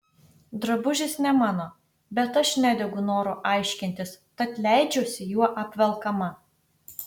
drabužis ne mano bet aš nedegu noru aiškintis tad leidžiuosi juo apvelkama